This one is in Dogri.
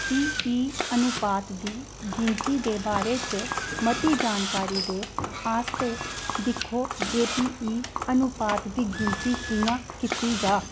पी ई अनुपात दी गिनती दे बारे च मती जानकारी दे आस्तै दिक्खो जे पी ई अनुपात दी गिनती कि'यां कीती जा